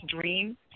dream